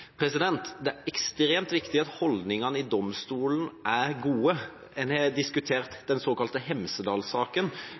Det er ekstremt viktig at holdningene i domstolen er gode. En har diskutert